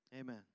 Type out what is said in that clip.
Amen